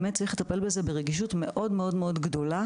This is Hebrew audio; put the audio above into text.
ובאמת אנחנו צריכים לטפל בזה ברגישות מאוד מאוד מאוד גדולה